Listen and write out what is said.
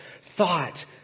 thought